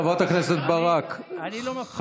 חברת הכנסת קרן ברק, תני לי, אתה משקר.